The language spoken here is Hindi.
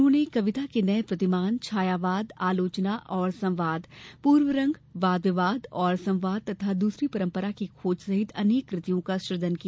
उन्होंने कविता के नए प्रतिमान छायावाद आलोचना और संवाद पूर्व रंग वाद विवाद और संवाद और दूसरी परंपरा की खोज सहित अनेक कृतियों का सुजन किया